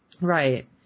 Right